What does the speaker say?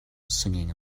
singing